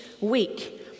week